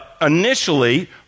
initially